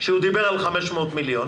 כשהוא דיבר על 500 מיליון,